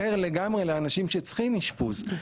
מענה אחר לגמרי לאנשים שצריכים אשפוז,